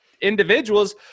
individuals